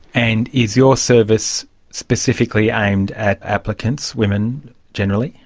and is your service specifically aimed at applicants, women generally?